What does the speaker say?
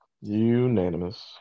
Unanimous